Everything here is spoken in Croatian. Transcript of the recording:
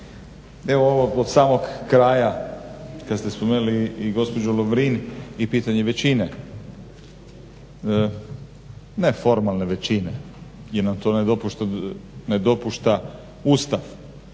evo ovo od samog kraja kad ste spomenuli i gospođu Lovrin i pitanje većine, ne formalne većine jer nam to ne dopušta Ustav.